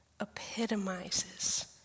epitomizes